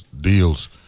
deals